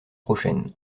prochaine